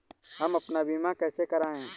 हम अपना बीमा कैसे कराए?